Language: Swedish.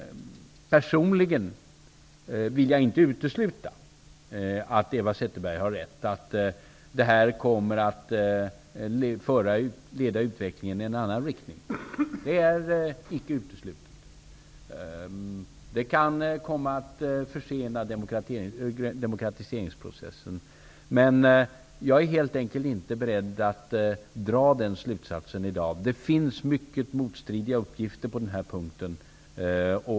Personligen vill jag inte utesluta att Eva Zetterberg har rätt, dvs. att detta kommer att leda utvecklingen i en annan riktning. Det är icke uteslutet. Det kan komma att försena demokratiseringsprocessen. Men jag är helt enkelt inte beredd att dra den slutsatsen i dag. Det finns mycket motstridiga uppgifter på den här punkten.